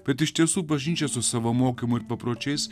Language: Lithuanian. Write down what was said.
bet iš tiesų bažnyčia su savo mokymu ir papročiais